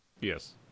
Yes